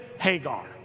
Hagar